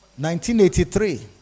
1983